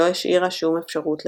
שלא השאירה שום אפשרות לריפוי.